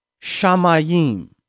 shamayim